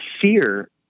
fear